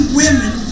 women